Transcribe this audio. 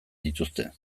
dituzte